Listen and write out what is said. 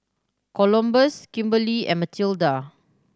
Columbus Kimberli and Matilda